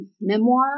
memoir